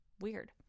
Weird